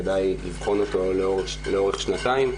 כדאי לבחון אותו לאורך שנתיים,